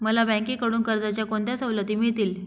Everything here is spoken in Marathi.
मला बँकेकडून कर्जाच्या कोणत्या सवलती मिळतील?